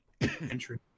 entry